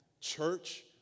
Church